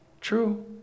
True